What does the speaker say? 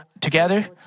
together